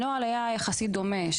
הנוהל היה יחסית דומה,